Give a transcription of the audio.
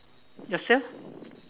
yourself